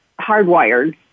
hardwired